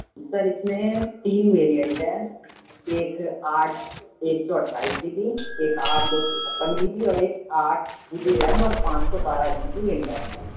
سر اِس میں تین ویرینٹ ہے ایک آٹھ ایک سو اٹھائیس جی بی ایک آٹھ دو سو چھپن جی بی اور ایک آٹھ جی بی ریم اور پانچ سو بارہ جی بی انٹرنل